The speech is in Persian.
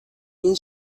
این